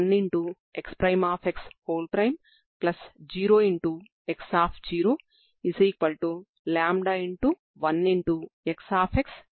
కాబట్టి ఈ సమస్యకు పరిష్కారం uxt ని మనం ప్రతి x మరియు t కి కనుకోవాల్సి ఉంటుంది